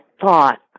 thought